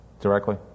directly